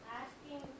asking